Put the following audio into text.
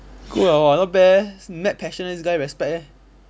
good ah !wah! not bad eh passion eh this guy respect eh